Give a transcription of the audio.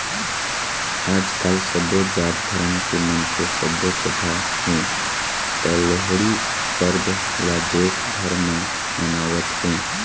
आजकाल सबो जात धरम के मनखे सबो जघा हे त लोहड़ी परब ल देश भर म मनावत हे